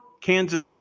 Kansas